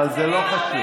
אבל זה לא חשוב.